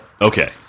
Okay